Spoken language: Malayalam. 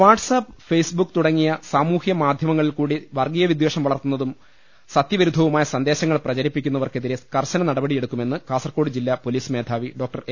വാട്സ് ആപ്പ് ഫെയ്സ് ബുക്ക് തുടങ്ങിയ സാമൂഹ്യ മാധ്യമ ങ്ങളിൽകൂടി വർഗീയവിദ്വേഷം വളർത്തുന്നതും അനാവശ്യവും സത്യവിരുദ്ധവുമായ സന്ദേശങ്ങൾ പ്രചരിപ്പിക്കുന്നവർക്കുമെതിരെ കർശന നടപടിയെടുക്കുമെന്ന് കാസർക്കോട് ജില്ലാ പൊലീസ് മേധാവി ഡോക്ടർ എ